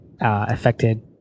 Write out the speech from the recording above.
affected